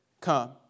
come